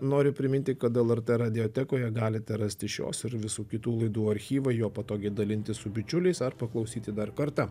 noriu priminti kad lrt radiotekoje galite rasti šios ir visų kitų laidų archyvą juo patogiai dalintis su bičiuliais ar paklausyti dar kartą